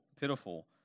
pitiful